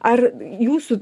ar jūsų